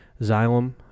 Xylem